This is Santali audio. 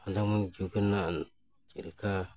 ᱟᱫᱷᱩᱱᱤᱠ ᱡᱩᱜᱽ ᱨᱮᱱᱟᱜ ᱪᱮᱫ ᱞᱮᱠᱟ